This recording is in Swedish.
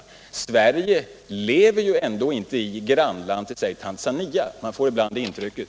Vi svenskar lever ju ändå inte i ett grannland till, säg, Tanzania. Man får ibland det intrycket.